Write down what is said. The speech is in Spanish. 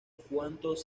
cuántos